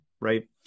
right